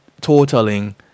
totaling